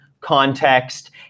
context